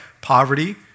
poverty